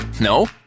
No